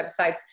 websites